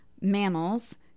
mammals